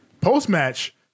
post-match